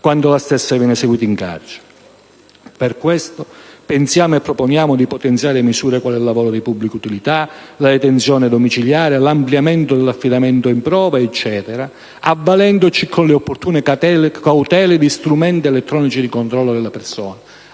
quando la stessa viene eseguita in carcere. Per questo noi pensiamo e proponiamo di potenziare misure quali il lavoro di pubblica utilità, la detenzione domiciliare, l'ampliamento dell'affidamento in prova e così via, avvalendosi, con le opportune cautele, di strumenti elettronici di controllo della persona